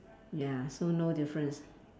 ya so no difference